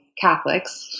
Catholics